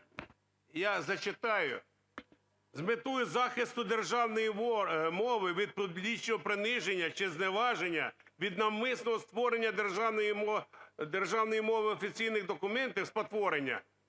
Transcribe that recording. Я зачитаю: "З метою захисту державної мови від публічного приниження чи зневаження, від навмисного створення державної мови офіційних документів спотворення